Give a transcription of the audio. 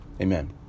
Amen